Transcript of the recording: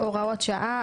הוראות שעה.